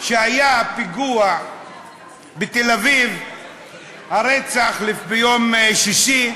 כשהיה הפיגוע בתל-אביב, הרצח, ביום שישי,